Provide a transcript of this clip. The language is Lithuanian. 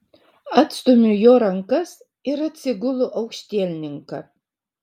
atstumiu jo rankas ir atsigulu aukštielninka